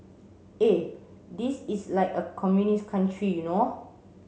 eh this is like a communist country you know